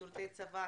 שירות בצבא,